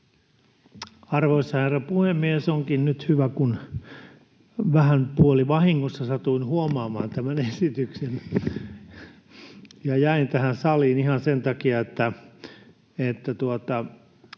Arvoisa herra puhemies! Onkin nyt hyvä, kun vähän puolivahingossa satuin huomaamaan tämän esityksen, ja jäin tähän saliin ihan sen takia. Tämä